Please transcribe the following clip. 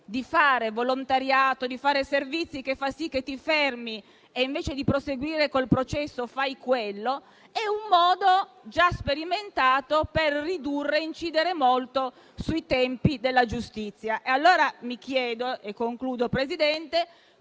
di fare volontariato e di fare servizi che fa sì che ti fermi e invece di proseguire col processo fai quello, è un modo già sperimentato per ridurre e incidere molto sui tempi della giustizia. Allora mi chiedo, Presidente,